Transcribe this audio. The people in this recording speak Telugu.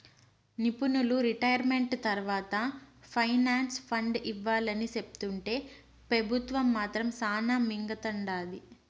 నిపునులు రిటైర్మెంట్ తర్వాత పెన్సన్ ఫండ్ ఇవ్వాలని సెప్తుంటే పెబుత్వం మాత్రం శానా మింగతండాది